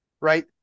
right